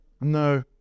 No